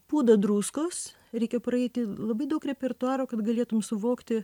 pūdą druskos reikia praeiti labai daug repertuaro kad galėtum suvokti